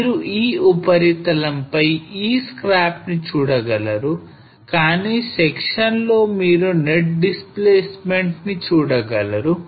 మీరు ఈ ఉపరితలంపై ఈ scarp నీ చూడగలరు కానీ సెక్షన్ లో మీరు net displacement నీ చూడగలరు